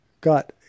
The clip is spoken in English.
got